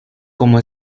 como